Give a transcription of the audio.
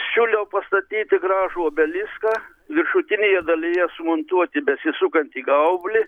siūliau pastatyti gražų obeliską viršutinėje dalyje sumontuoti besisukantį gaublį